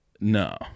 No